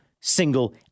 single